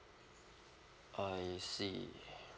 I see